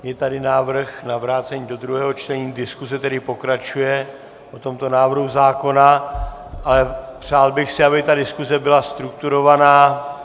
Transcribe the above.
Je tady návrh na vrácení do druhého čtení, diskuse tedy pokračuje o tomto návrhu zákona, ale přál bych si, aby ta diskuse byla strukturovaná.